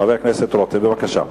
חבר הכנסת רותם, בבקשה.